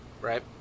Right